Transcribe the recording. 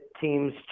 teams